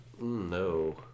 No